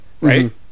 right